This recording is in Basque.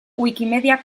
wikimedia